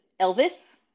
Elvis